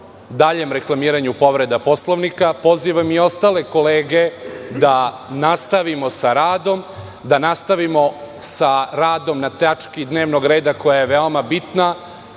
daljem reklamiranju povreda Poslovnika. Pozivam i ostale kolege da nastavimo sa radom, da nastavimo sa radom na tački dnevnog reda koja je veoma bitna,